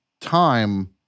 time